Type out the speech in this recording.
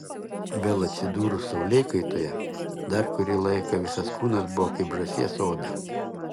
vėl atsidūrus saulėkaitoje dar kurį laiką visas kūnas buvo kaip žąsies oda